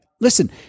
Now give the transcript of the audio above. Listen